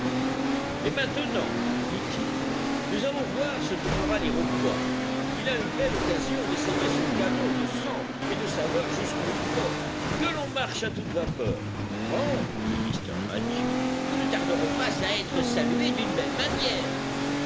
et maintenant dit-il nous allons voir ce que fera l'iroquois il a une belle occasion d'essayer son canon de cent et de savoir jusqu'où il porte que l'on marche à toute vapeur bon fit mr mathew nous ne tarderons pas à être salués d'une belle manière